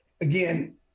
again